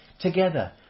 together